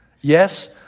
Yes